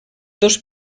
dos